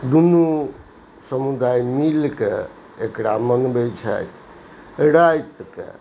दुनू समुदाय मिलकऽ एकरा मनबै छथि राति के